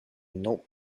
not